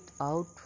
out